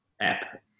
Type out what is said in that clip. app